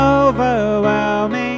overwhelming